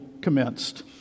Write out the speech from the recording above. commenced